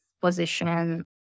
position